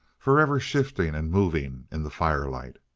forever shifting and moving in the firelight.